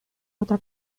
otra